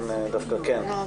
דווקא כן,